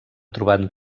trobat